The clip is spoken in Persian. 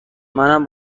منم